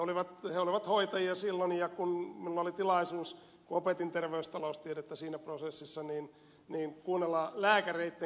he olivat hoitajia silloin ja minulla oli tilaisuus kun opetin terveystaloustiedettä siinä prosessissa kuunnella lääkäreitten kannanottoja